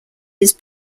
his